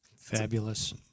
Fabulous